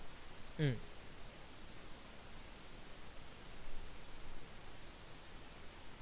mm